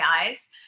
eyes